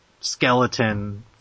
skeleton